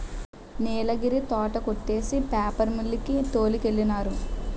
నీలగిరి తోట కొట్టేసి paper mill కి తోలికెళ్ళినారు